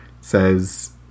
says